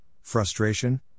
frustration